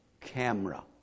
camera